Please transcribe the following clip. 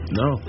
no